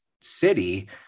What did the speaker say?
city